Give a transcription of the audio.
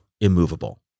immovable